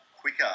quicker